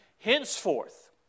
Henceforth